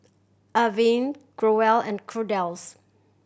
Avene Growell and Kordel's